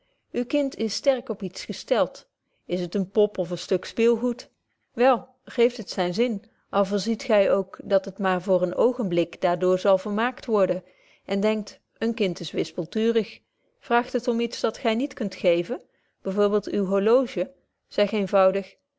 kind is sterk op iets gestelt is het een pop of een stuk speelgoed wel geeft het zyn zin al voorziet gy ook dat het maar voor een oogenblik daar door zal vermaakt worden en denkt een kind is wispeltuurig vraagt het om iets dat gy niet kunt geven by voorbeeld uw horloge zegt eenvoudig